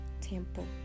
temple